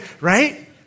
right